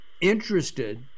interested